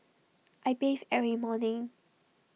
I bathe every morning